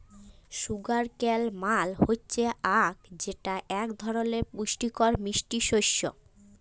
sugar কেল মাল হচ্যে আখ যেটা এক ধরলের পুষ্টিকর মিষ্টি শস্য